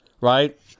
right